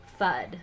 FUD